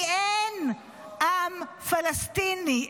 כי אין עם פלסטיני.